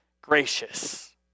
gracious